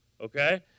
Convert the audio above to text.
okay